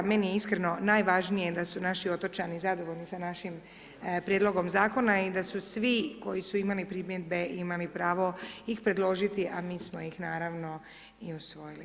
Meni je iskreno najvažnije, da su naši otočani zadovoljni sa našim prijedlogom zakona i da su svi koji su imali primjedbe imali pravo ih predložiti, a mi smo ih naravno i osvojili.